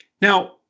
Now